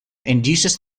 induces